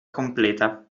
completa